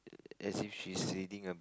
as you see she's reading a